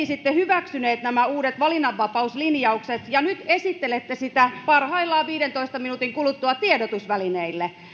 sitten hyväksyneet uudet valinnanvapauslinjaukset ja esittelette niitä parhaillaan viidentoista minuutin kuluttua tiedotusvälineille